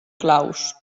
claus